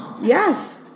Yes